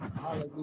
Hallelujah